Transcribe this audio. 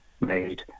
made